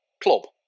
club